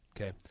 Okay